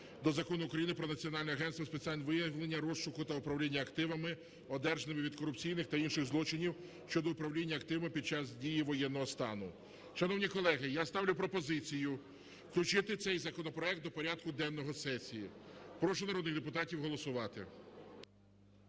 до Закону України "Про Національне агентство України з питань виявлення, розшуку та управління активами, одержаними від корупційних та інших злочинів" щодо управління активами під час дії воєнного стану. Шановні колеги, я ставлю пропозицію включити цей законопроект до порядку денного сесії. Прошу народних депутатів голосувати.